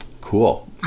Cool